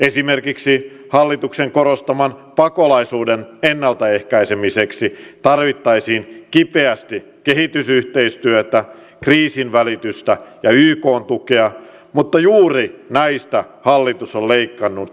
esimerkiksi hallituksen korostaman pakolaisuuden ennaltaehkäisemiseksi tarvittaisiin kipeästi kehitysyhteistyötä kriisinvälitystä ja ykn tukea mutta juuri näistä hallitus on leikannut ennätyksellisen paljon